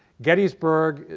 gettysburg,